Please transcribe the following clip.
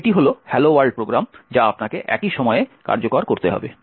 তাই এটি হল hello ওয়ার্ল্ড প্রোগ্রাম যা আপনাকে একই সময়ে কার্যকর করতে হবে